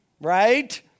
right